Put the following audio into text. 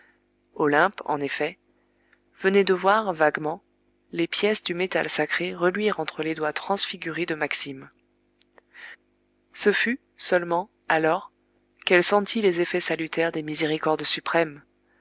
olympe en effet venait de voir vaguement les pièces du métal sacré reluire entre les doigts transfigurés de maxime ce fut seulement alors qu'elle sentit les effets salutaires des miséricordes suprêmes